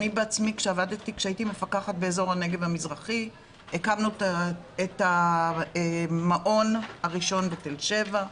כשהייתי מפקחת באזור הנגב המזרחי הקמנו את המעון הראשון בתל שבע,